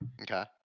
Okay